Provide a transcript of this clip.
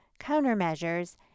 countermeasures